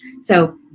So-